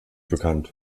bekannt